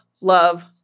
love